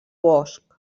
bosc